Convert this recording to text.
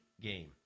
game